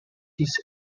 his